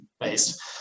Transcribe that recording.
based